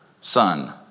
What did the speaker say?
son